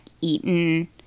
eaten